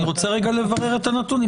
אני רוצה רגע לברר את הנתון.